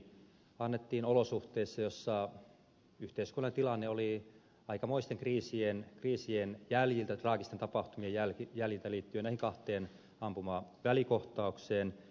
se annettiin olosuhteissa joissa yhteiskunnan tilanne sitä vaati aikamoisten kriisien jäljiltä traagisten tapahtumien jäljiltä liittyen näihin kahteen ampumavälikohtaukseen